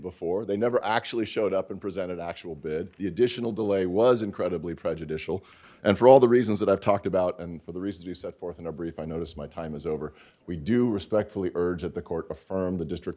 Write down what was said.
before they never actually showed up and presented actual bid the additional delay was incredibly prejudicial and for all the reasons that i've talked about and for the reasons we set forth in our brief i notice my time is over we do respectfully urge the court affirmed the district